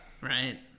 right